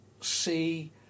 see